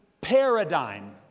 paradigm